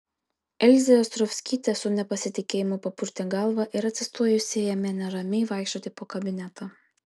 elzė ostrovskytė su nepasitikėjimu papurtė galvą ir atsistojusi ėmė neramiai vaikščioti po kabinetą